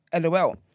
LOL